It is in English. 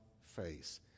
face